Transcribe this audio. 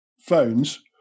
phones